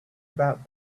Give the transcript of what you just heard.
about